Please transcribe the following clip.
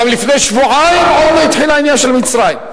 גם לפני שבועיים עוד לא התחיל העניין של מצרים.